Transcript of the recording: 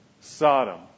Sodom